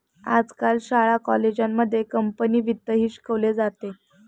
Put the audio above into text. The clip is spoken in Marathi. आजकाल शाळा कॉलेजांमध्ये कंपनी वित्तही शिकवले जाते